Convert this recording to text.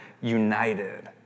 united